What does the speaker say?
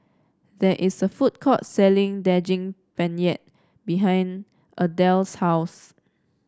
there is a food court selling Daging Penyet behind Ardelle's house